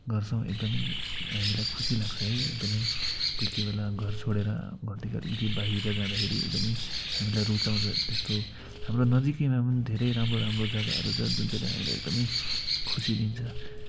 गर्छौँ एकदमै हामीलाई खुसी लाग्छ है एकदमै कोही कोही बेला घर छोडेर घरदेखि अलिकति बाहिर जाँदाखेरि एकदमै हामीलाई रुचाउँछ त्यस्तो हाम्रो नजिकैमा पनि धेरै राम्रो राम्रो जग्गाहरू छ जुन चाहिँले हामीलाई एकदमै खुसी दिन्छ